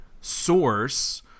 source